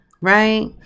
right